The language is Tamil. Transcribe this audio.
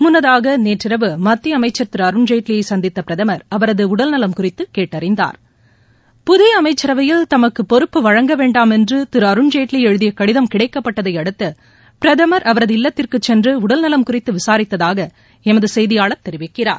முன்னதாக நேற்றிரவு மத்திய அமைச்சர் திரு அருண்ஜேட்லியை சந்தித்த பிரதமர் அவரது உடல் நலம் குறித்து கேட்டறிந்தார் புதிய அமைச்சரவையில் தமக்கு பொறுப்பு வழங்க வேண்டாம் என்று திரு அருண்ஜேட்லி எழுதிய கடிதம் கிடைக்கப்பட்டதை அடுத்து பிரதமர் அவரது இல்லத்திற்கு சென்று உடல் நலம் குறித்து விசாரித்ததாக எமது செய்தியாளர் தெரிவிக்கிறார்